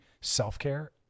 self-care